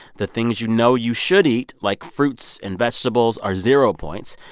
the things you know you should eat, like fruits and vegetables, are zero points.